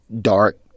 dark